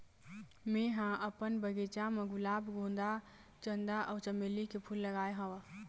मेंहा अपन बगिचा म गुलाब, गोंदा, चंपा अउ चमेली के फूल लगाय हव